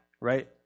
right